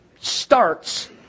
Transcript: starts